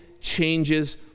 changes